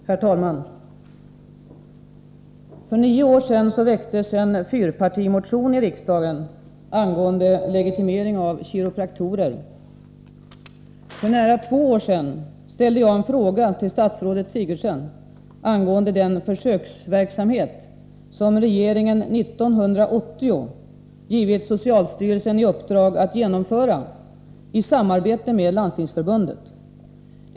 Herr talman! För nio år sedan väcktes en fyrpartimotion i riksdagen angående legitimering av kiropraktorer. För nära två år sedan ställde jag en fråga till statsrådet Sigurdsen angående den försöksverksamhet som regeringen 1980 hade givit socialstyrelsen i uppdrag att genomföra i samarbete med Landstingsförbundet.